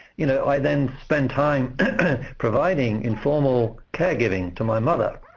you know i then spend time providing informal caregiving to my mother,